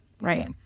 right